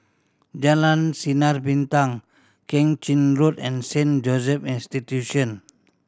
Jalan Sinar Bintang Keng Chin Road and Saint Joseph Institution